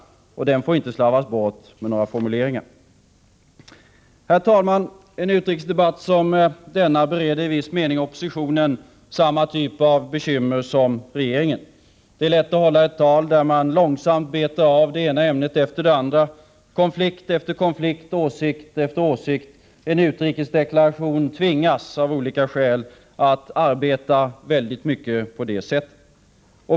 Och den får inte slarvas bort med några formuleringar. Herr talman! En utrikesdebatt som denna bereder i viss mån oppositionen samma typ av bekymmer som regeringen. Det är lätt att hålla ett tal där man långsamt betar av det ena ämnet efter det andra, konflikt efter konflikt, åsikt efter åsikt. När det gäller en utrikesdeklaration tvingas man av olika skäl att arbeta väldigt mycket på det sättet.